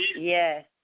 Yes